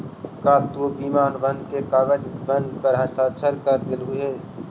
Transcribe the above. का तु बीमा अनुबंध के कागजबन पर हस्ताक्षरकर देलहुं हे?